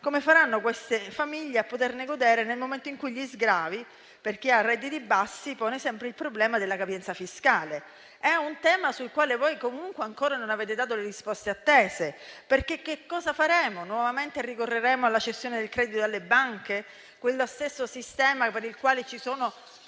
come faranno queste famiglie a goderne nel momento in cui gli sgravi per chi ha redditi bassi pongono sempre il problema della capienza fiscale. È un tema sul quale voi comunque ancora non avete dato le risposte attese. Che cosa faremo? Ricorreremo nuovamente alla cessione del credito alle banche? Lo stesso sistema per il quale ci sono